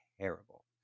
terrible